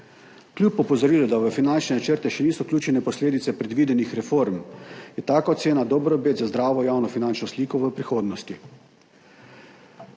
Kljub opozorilu, da v finančne načrte še niso vključene posledice predvidenih reform, je taka ocena dober obet za zdravo javno finančno sliko v prihodnosti.